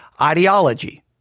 ideology